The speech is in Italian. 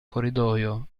corridoio